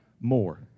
more